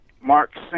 Mark